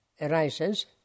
arises